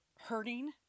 hurting